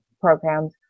programs